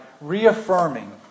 reaffirming